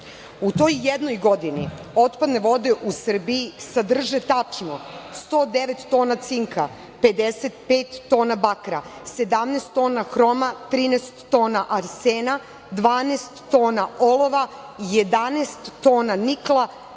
U toj jednoj godini otpadne vode u Srbiji sadrže tačno 109 tona cinka, 55 tona bakra, 17 tona hroma, 13 toma arsena, 12 tona olova, 11 tona nikla.